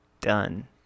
Done